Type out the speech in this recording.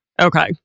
okay